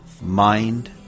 mind